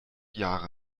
jahre